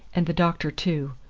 and the doctor too.